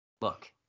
look